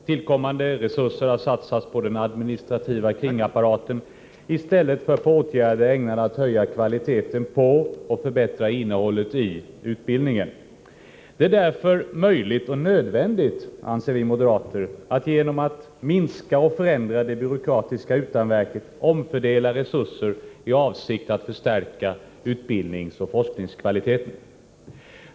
Tillkommande resurser har satsats på den administrativa kringapparaten i stället för på åtgärder ägnade att höja kvaliteten på och förbättra innehållet i utbildningen. Det är därför möjligt och nödvändigt, anser vi moderater, att genom att minska och förändra det byråkratiska utanverket omfördela resurser i avsikt att förstärka utbildningsoch forskningskvaliteten.